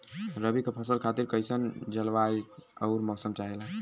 रबी क फसल खातिर कइसन जलवाय अउर मौसम चाहेला?